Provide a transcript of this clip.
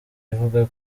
ivuga